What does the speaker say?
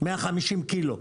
150 קילו.